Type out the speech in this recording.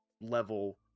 level